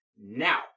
Now